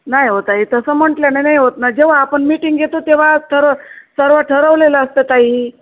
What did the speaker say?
नाही हो ताई तसं म्हटल्यानं नाही होत ना जेव्हा आपण मीटिंग घेतो तेव्हा ठरव सर्व ठरवलेलं असतं ताई